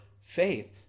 faith